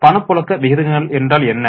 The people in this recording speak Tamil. பணப்புழக்க விகிதங்கள் என்றால் என்ன